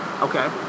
Okay